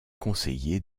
conseiller